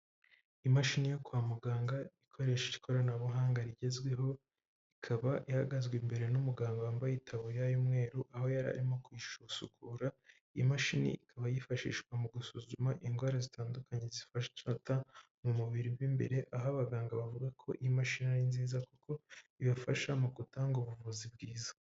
Imashini yo kwa muganga, ikoresha ikoranabuhanga rigezweho, ikaba ihagazwe imbere n'umuganga wambaye itaburiya y'umweru, aho yarimo kwisusukura, iyi mashini ikaba yifashishwa mu gusuzuma indwara zitandukanye zifashata mu mubiri w'imbere, aho abaganga bavuga ko imashini ari nziza kuko ibafasha mu gutanga ubuvuzi bwiza.